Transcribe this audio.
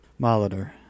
Molitor